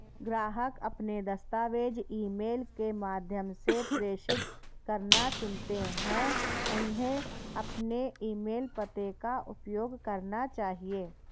ग्राहक अपने दस्तावेज़ ईमेल के माध्यम से प्रेषित करना चुनते है, उन्हें अपने ईमेल पते का उपयोग करना चाहिए